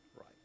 Right